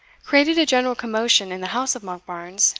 created a general commotion in the house of monkbarns